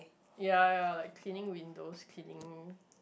ya ya like cleaning windows cleaning